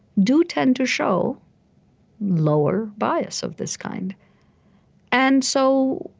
do tend to show lower bias of this kind and so,